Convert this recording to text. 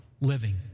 living